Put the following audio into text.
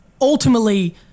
Ultimately